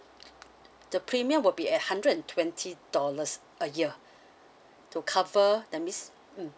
the premium will be at hundred and twenty dollars a year to cover that means mm